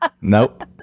Nope